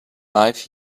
life